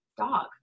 dog